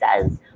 says